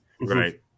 Right